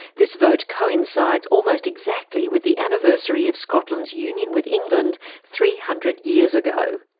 this vote coincides almost exactly with the anniversary of scotland's union with england three hundred years ago.